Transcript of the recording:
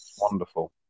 Wonderful